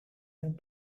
him